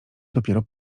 dopiero